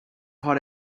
hot